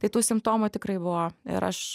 tai tų simptomų tikrai buvo ir aš